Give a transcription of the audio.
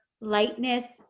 lightness